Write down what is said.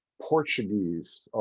portuguese,